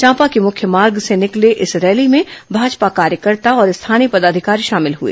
चांपा के मुख्य मार्ग से निकली इस रैली में भाजपा कार्यकर्ता और स्थानीय पदाधिकारी शामिल हुए